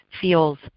feels